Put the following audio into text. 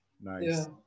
nice